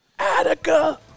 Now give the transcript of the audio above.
Attica